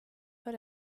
pas